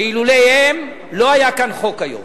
שאילולא הם לא היה כאן חוק היום,